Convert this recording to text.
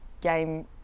game